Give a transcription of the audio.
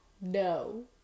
no